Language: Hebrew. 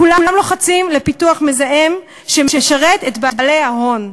כולם לוחצים לפיתוח מזהם שמשרת את בעלי ההון.